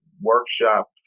workshop